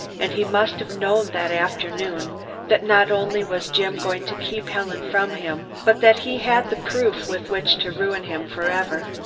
and he must have known that afternoon that not only was jim going to keep helen from him, but that he had the proof with which to ruin him forever.